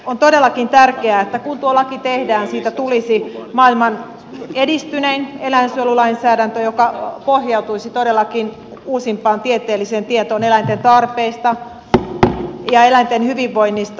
on todellakin tärkeää että kun tuo laki tehdään siitä tulisi maailman edistynein eläinsuojelulainsäädäntö joka pohjautuisi todellakin uusimpaan tieteelliseen tietoon eläinten tarpeista ja eläinten hyvinvoinnista